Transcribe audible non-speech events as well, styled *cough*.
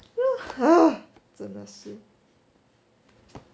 *noise* 真的是